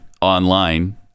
online